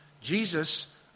Jesus